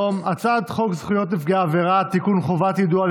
הצעת חוק לתיקון פקודת מס הכנסה (מס' 261),